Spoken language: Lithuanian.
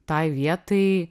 tai vietai